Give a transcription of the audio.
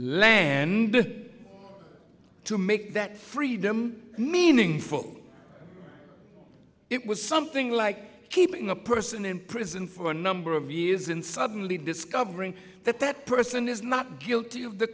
law to make that freedom meaningful it was something like keeping a person in prison for a number of years and suddenly discovering that that person is not guilty of the